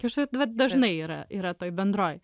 kažkada vat dažnai yra yra toj bendroj